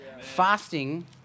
Fasting